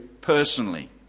personally